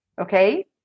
Okay